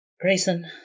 Grayson